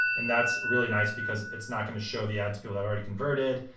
and that's really nice because it's not gonna show the ad to people that already converted.